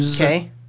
Okay